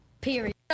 Period